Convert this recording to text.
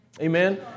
Amen